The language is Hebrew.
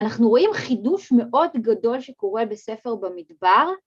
‫אנחנו רואים חידוש מאוד גדול ‫שקורה בספר במדבר.